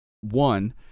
one